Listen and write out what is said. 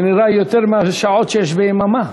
זה נראה יותר מהשעות שיש ביממה.